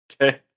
okay